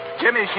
Jimmy